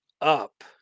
up